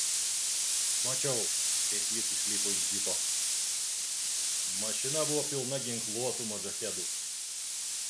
mačiau kaip jis išlipo iš džipo mašina buvo pilna ginkluotų modžahedų